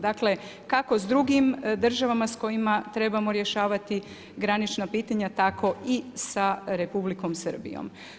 Dakle, kako s drugim državama s kojima trebamo rješavati granična pitanja, tako i sa Republikom Srbijom.